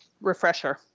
refresher